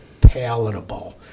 palatable